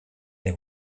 they